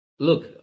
Look